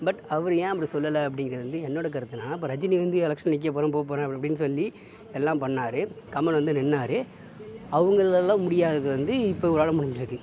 but அவர் ஏன் அப்படி சொல்லலை அப்படிங்கறது வந்து என்னோடய கருத்துனால் இப்போது ரஜினி வந்து எலக்ஷன்ல நிற்க போகிறேன் போகப்போறேன் அப்படி இப்படின்னு சொல்லி எல்லாம் பண்ணார் கமல் வந்து நின்னார் அவங்களால் முடியாதது வந்து இப்போ இவரால் முடிஞ்சிருக்குது